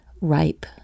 ripe